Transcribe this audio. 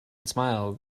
smile